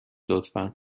لطفا